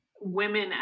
women